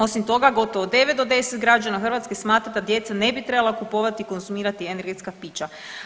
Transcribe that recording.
Osim toga gotovo 9 do 10 građana Hrvatske smatra da djeca ne bi trebala kupovati i konzumirati energetska pića.